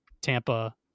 Tampa